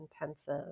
intensive